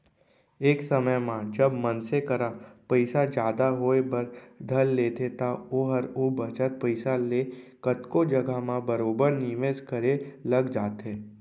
एक समे म जब मनसे करा पइसा जादा होय बर धर लेथे त ओहर ओ बचत पइसा ले कतको जघा म बरोबर निवेस करे लग जाथे